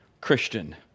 Christian